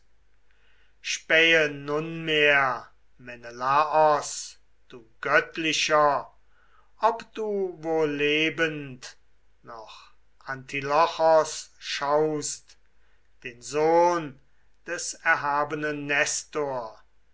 spähe nunmehr menelaos du göttlicher ob du wo lebend noch antilochos schaust den sohn des erhabenen nestor